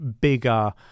bigger